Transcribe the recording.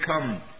come